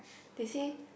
they say